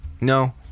No